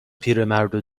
پیرمردو